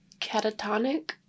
catatonic